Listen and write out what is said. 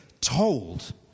told